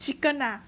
chicken ah